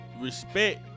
Respect